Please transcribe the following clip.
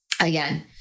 again